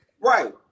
Right